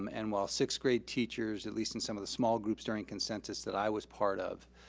um and while sixth grade teachers, at least in some of the small groups during consensus that i was part of,